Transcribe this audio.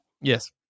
Yes